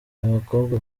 abakobwa